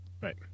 Right